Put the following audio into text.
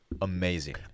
Amazing